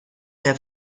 der